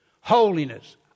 Holiness